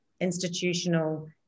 institutional